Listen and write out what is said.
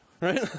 right